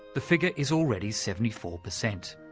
the figure is already seventy four percent.